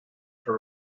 for